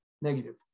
negative